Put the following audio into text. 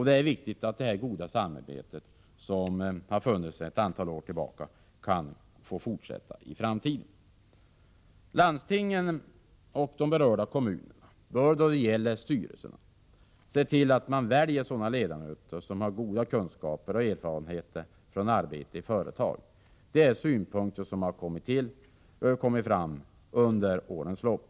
Det är viktigt att det goda samarbete som har funnits sedan ett antal år tillbaka kan få fortsätta i framtiden. Landstingen och de berörda kommunerna bör då det gäller styrelserna se till att man väljer sådana ledamöter som har goda kunskaper och erfarenheter från arbete i företag. Det är synpunkter som har kommit fram under årens lopp.